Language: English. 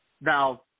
Now